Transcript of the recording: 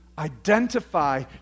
identify